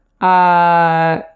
Uh-